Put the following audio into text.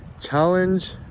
challenge